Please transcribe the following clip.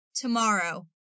Tomorrow